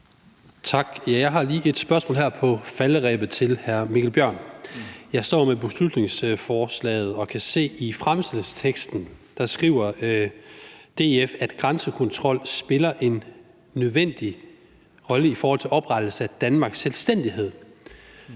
Tak. Jeg har lige et spørgsmål til hr. Mikkel Bjørn her på falderebet. Jeg står med beslutningsforslaget og kan se i bemærkningerne til det, at DF skriver, at grænsekontrol spiller en nødvendig rolle i forhold til opretholdelse af Danmarks selvstændighed.